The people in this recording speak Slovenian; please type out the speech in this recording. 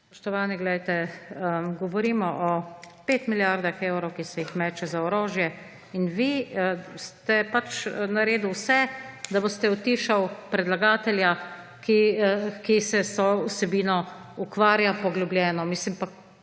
Spoštovani, govorimo o 5 milijardah evrov, ki se jih meče za orožje, in vi ste pač naredili vse, da boste utišali predlagatelja, ki se z vsebino ukvarja poglobljeno. Pa